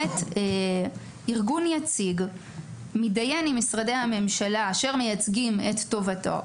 ארגון יציג עם משרדי הממשלה אשר מייצגים את טובתו.